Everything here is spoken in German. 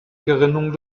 gerinnung